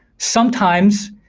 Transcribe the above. sometimes,